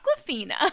Aquafina